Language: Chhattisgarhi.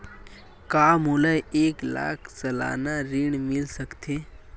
का मोला एक लाख सालाना ऋण मिल सकथे?